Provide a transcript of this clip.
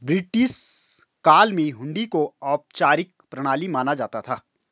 British काल में हुंडी को औपचारिक प्रणाली माना जाता था